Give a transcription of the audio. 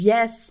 Yes